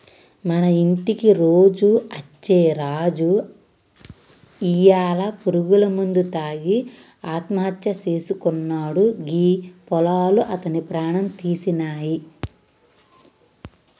మన ఇంటికి రోజు అచ్చే రాజు ఇయ్యాల పురుగుల మందు తాగి ఆత్మహత్య సేసుకున్నాడు గీ పొలాలు అతని ప్రాణం తీసినాయి